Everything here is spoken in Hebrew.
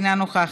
אינה נוכחת,